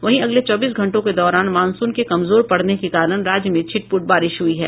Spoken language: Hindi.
वहीं अगले चौबीस घंटों के दौरान मॉनसून के कमजोर पड़ने के कारण राज्य में छिटपुट बारिश हुई है